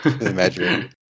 Imagine